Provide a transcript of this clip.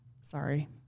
Sorry